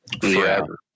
forever